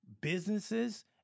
businesses